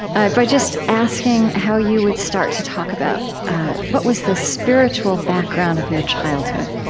ah by just asking how you would start to talk about what was the spiritual background of your childhood?